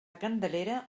candelera